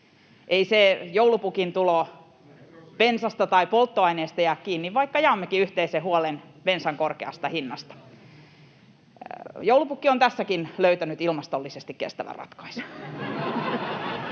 Ei se joulupukin tulo polttoaineesta jää kiinni, vaikka jaammekin yhteisen huolen bensan korkeasta hinnasta. Joulupukki on tässäkin löytänyt ilmastollisesti kestävän ratkaisun.